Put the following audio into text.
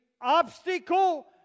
obstacle